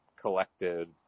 collected